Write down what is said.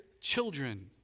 children